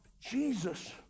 Jesus